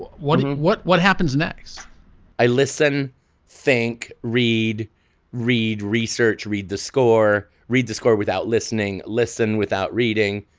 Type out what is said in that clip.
what what what happens next i listen think read read research read the score read the score without listening listen without reading.